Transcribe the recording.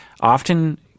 often